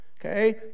Okay